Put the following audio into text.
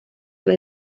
ver